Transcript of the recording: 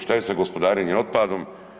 Šta je sa gospodarenjem otpadom?